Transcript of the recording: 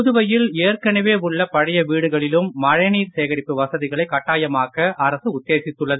புதுவையில் ஏற்கனவே உள்ள பழைய வீடுகளிலும் மழைநீர் சேகரிப்பு வசதிகளை கட்டாயமாக்க அரசு உத்தேசித்துள்ளது